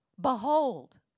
behold